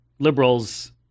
liberals